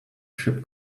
ship